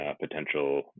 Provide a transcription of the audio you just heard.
potential